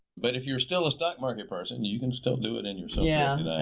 but if you are still a stock market person, you you can still do it in yourself. yeah!